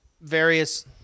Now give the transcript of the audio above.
various